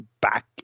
back